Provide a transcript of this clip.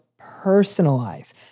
personalize